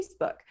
Facebook